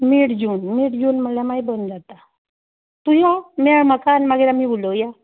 मे June May June म्हणल्या मागीर बंद जाता तूं यो मेळ म्हाका आनी मागीर आमी उलोवया